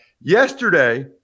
Yesterday